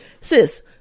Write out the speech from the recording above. Sis